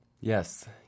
Yes